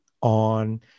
on